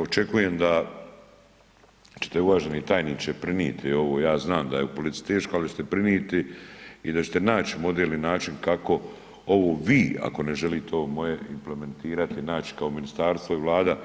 Očekujem da ćete uvaženi tajniče priniti ovo, ja znam da je u politici teško, ali ćete priniti i da ćete naći model i način kako ovo vi, ako ne želite ovo moje implementirati, i naći kao Ministarstvo i Vlada